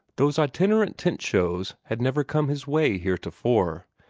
those itinerant tent-shows had never come his way heretofore,